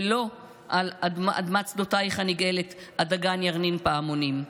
ולא "על אדמת שדותייך הנגאלת הדגן ירנין פעמונים".